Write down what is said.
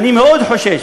אני מאוד חושש,